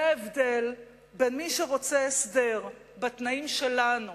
זה ההבדל בין מי שרוצה הסדר בתנאים שלנו,